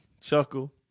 chuckle